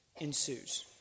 ensues